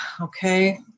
Okay